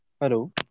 Hello